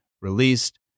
released